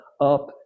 up